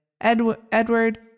Edward